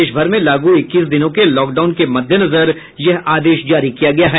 देश भर में लागू इक्कीस दिनों के लॉकडाउन के मद्देनजर यह आदेश जारी किया गया है